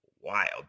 wild